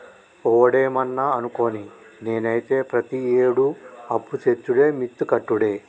ఒవడేమన్నా అనుకోని, నేనైతే ప్రతియేడూ అప్పుతెచ్చుడే మిత్తి కట్టుడే